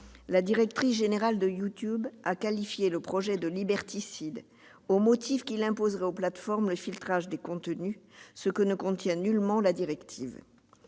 La directrice générale de YouTube a qualifié le projet de « liberticide », au motif qu'il imposerait aux plateformes le filtrage des contenus, ce que ne prévoit nullement la directive.